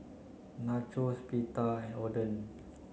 Nachos Pita and Oden